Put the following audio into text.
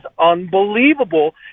unbelievable